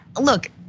look